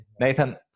Nathan